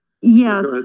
Yes